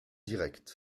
directs